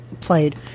played